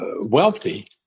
wealthy